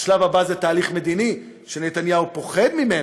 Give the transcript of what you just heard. השלב הבא זה תהליך מדיני, שנתניהו פוחד ממנו.